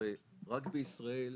הרי רק בישראל,